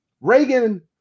Reagan